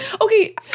Okay